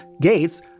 gates